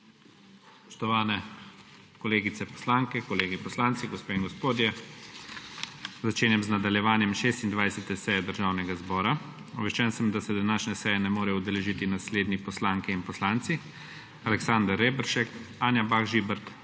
Začenjam z nadaljevanjem 26. seje Državnega zbora. Obveščen sem, da se današnje seje ne morejo udeležiti naslednji poslanke in poslanci: Aleksander Reberšek, Anja Bah Žibert,